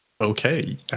Okay